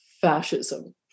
fascism